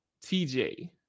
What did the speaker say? TJ